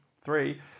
three